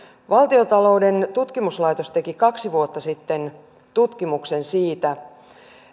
valtion taloudellinen tutkimuskeskus teki kaksi vuotta sitten tutkimuksen siitä